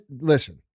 Listen